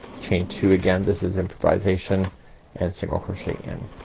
chain two, again this is improvisation and single crochet in.